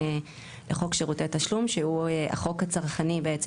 לחוק שירותי תשלום שהוא החוק הצרכני בעצם,